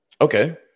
Okay